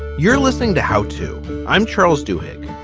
you're listening to how to. i'm charles duhok